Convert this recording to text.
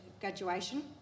graduation